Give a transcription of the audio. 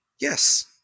Yes